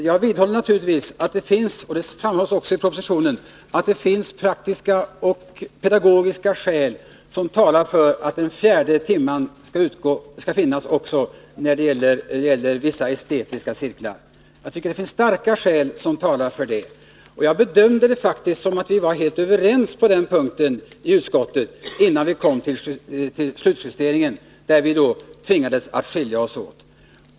Jag vidhåller naturligtvis att det finns, vilket också framhålls i propositionen, praktiska och pedagogiska skäl som talar för att den fjärde timmen skall finnas med även beträffande vissa estetiska cirklar. Enligt min mening talar starka skäl härför. Jag gjorde faktiskt bedömningen att vi i utskottet var överens på den punkten, innan vi kom till slutjusteringen, då vi tvingades att gå skilda vägar.